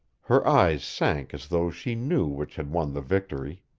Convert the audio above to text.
her eyes sank as though she knew which had won the victory,